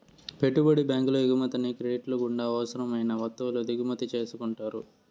పెట్టుబడి బ్యాంకులు ఎగుమతిని క్రెడిట్ల గుండా అవసరం అయిన వత్తువుల దిగుమతి చేసుకుంటారు